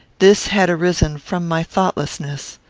this had arisen from my thoughtlessness.